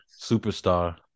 Superstar